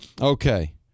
Okay